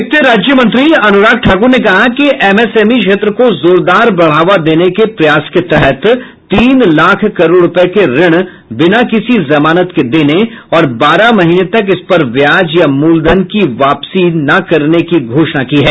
वित्त राज्य मंत्री अनुराग ठाकुर ने कहा कि एमएसएमई क्षेत्र को जोरदार बढावा देने के प्रयास के तहत तीन लाख करोड रुपए के ऋण बिना किसी जमानत के देने और बारह महीने तक इस पर ब्याज या मूलधन की वापस न करने की घोषणा की है